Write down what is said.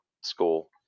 school